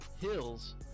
Hills